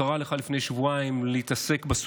אפילו נשיא המדינה קרא לך לפני שבועיים להתעסק בסוגיה.